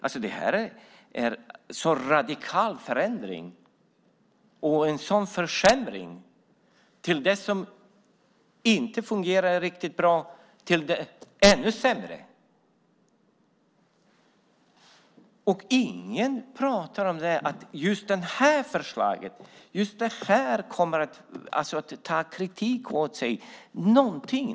Det här är en så radikal förändring och en sådan försämring från det som inte fungerar riktigt bra till något ännu sämre. Ingen pratar om att just det här förslaget kommer att dra åt sig kritik.